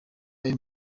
ayo